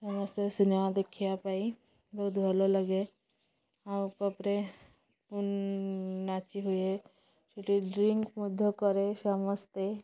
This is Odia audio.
ସମସ୍ତେ ସିନେମା ଦେଖିବା ପାଇଁ ବହୁତ ଭଲ ଲାଗେ ଆଉ ପବ୍ରେ ନାଚି ହୁଏ ସେଇଠି ଡ୍ରିଙ୍କ ମଧ୍ୟ କରେ ସମସ୍ତେ